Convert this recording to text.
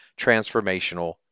transformational